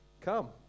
Come